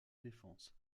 défense